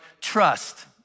trust